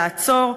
לעצור",